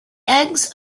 eggs